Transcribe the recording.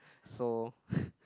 so